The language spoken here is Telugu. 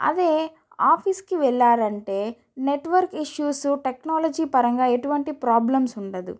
అదే ఆఫీస్కి వెళ్ళారు అంటే నెట్వర్క్ ఇష్యూస్ టెక్నాలజీ పరంగా ఎటువంటి ప్రాబ్లమ్స్ ఉండదు